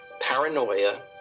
paranoia